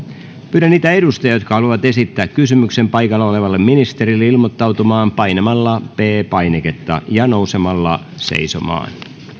pyydän niitä edustajia jotka haluavat esittää kysymyksen paikalla olevalle ministerille ilmoittautumaan painamalla p painiketta ja nousemalla seisomaan